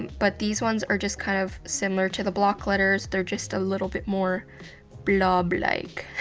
but these ones are just kind of similar to the block letters. they're just a little bit more blob-like.